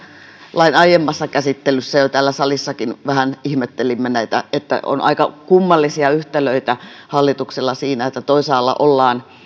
lain aiemmassa käsittelyssä jo täällä salissakin vähän ihmettelimme näitä että on aika kummallisia yhtälöitä hallituksella siinä että toisaalla ollaan